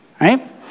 Right